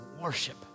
worship